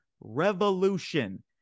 Revolution